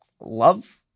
love